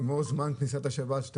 זה כמו לגבי זמן כניסת השבת.